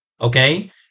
Okay